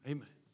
Amen